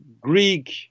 Greek